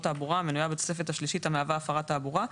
תעבורה המנויה בתוספת השלישית המהווה הפרת תעבורה,